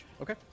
Okay